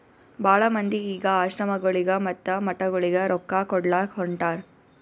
ಭಾಳ ಮಂದಿ ಈಗ್ ಆಶ್ರಮಗೊಳಿಗ ಮತ್ತ ಮಠಗೊಳಿಗ ರೊಕ್ಕಾ ಕೊಡ್ಲಾಕ್ ಹೊಂಟಾರ್